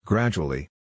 Gradually